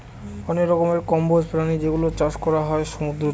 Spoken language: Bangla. অনেক রকমের কম্বোজ প্রাণী যেগুলোর চাষ করা হয় সমুদ্রতে